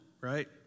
right